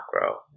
grow